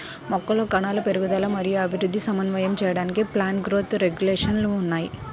మొక్కలలో కణాల పెరుగుదల మరియు అభివృద్ధిని సమన్వయం చేయడానికి ప్లాంట్ గ్రోత్ రెగ్యులేషన్స్ ఉన్నాయి